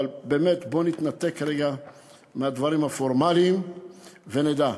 אבל באמת, בוא נתנתק רגע מהדברים הפורמליים ונדע,